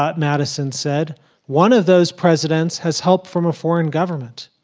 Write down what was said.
but madison said one of those presidents has help from a foreign government?